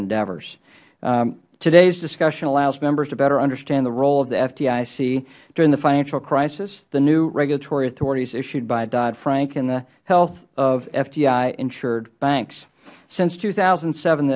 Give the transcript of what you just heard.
endeavors todays discussion allows members to better understand the role of the fdic during the financial crisis the new regulatory authorities issued by dodd frank and the health of fdic insured banks since two thousand and seven